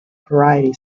variety